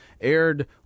aired